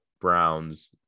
Browns